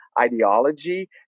ideology